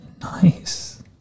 Nice